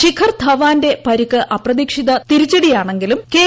ശിഖർധവാന്റെ പരിക്ക് അപ്രതീക്ഷിത തിരിച്ചടിയാണെങ്കിലും കെ